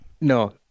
No